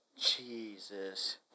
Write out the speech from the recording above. Jesus